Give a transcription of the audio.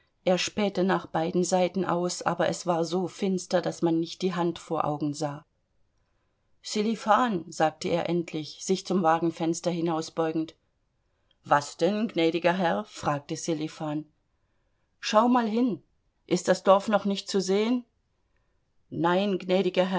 er spähte nach beiden seiten aus aber es war so finster daß man nicht die hand vor augen sah sselifan sagte er endlich sich zum wagenfenster hinausbeugend was denn gnädiger herr fragte sselifan schau mal hin ist das dorf noch nicht zu sehen nein